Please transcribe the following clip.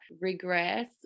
regress